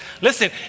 Listen